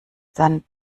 dann